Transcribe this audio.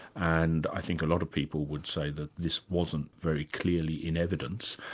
and i think a lot of people would say that this wasn't very clearly in evidence.